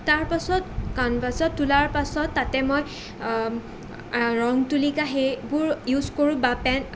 তাৰ পাছত কেনভাছত তোলাৰ পাছত তাতে মই ৰং তুলিকা সেইবোৰ ইউজ কৰোঁ বা পেন